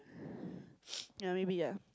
ya maybe ya